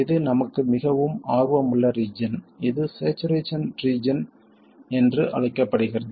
இது நமக்கு மிகவும் ஆர்வமுள்ள ரீஜன் இது சேச்சுரேசன் ரீஜன் என்று அழைக்கப்படுகிறது